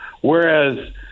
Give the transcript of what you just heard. Whereas